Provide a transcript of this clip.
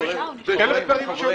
חברים,